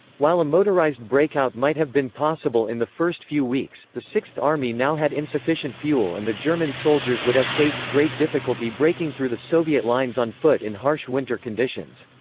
while a motorised breakout might have been possible in the first few weeks, the sixth army now had insufficient fuel and the german soldiers would have faced great difficulty breaking through the soviet lines on foot in harsh winter conditions.